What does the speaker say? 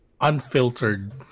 Unfiltered